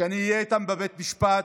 שאני אהיה איתם בבית המשפט.